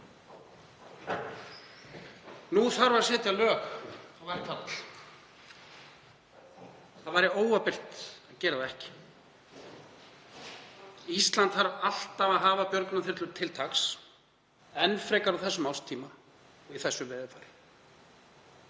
Nú þarf að setja lög á verkfall. Það væri óábyrgt að gera það ekki. Ísland þarf alltaf að hafa björgunarþyrlur til taks og enn frekar á þessum árstíma og í þessu veðurfari.